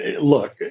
look